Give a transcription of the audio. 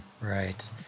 Right